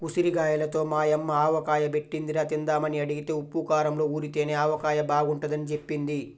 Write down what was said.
ఉసిరిగాయలతో మా యమ్మ ఆవకాయ బెట్టిందిరా, తిందామని అడిగితే ఉప్పూ కారంలో ఊరితేనే ఆవకాయ బాగుంటదని జెప్పింది